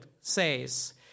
says